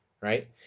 right